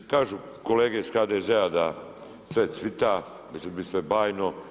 Kažu kolege iz HDZ-a da sve cvita, da će bit sve bajno.